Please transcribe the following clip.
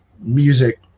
music